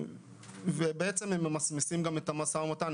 בעצם הם ממסמסים את המשא ומתן.